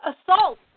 assault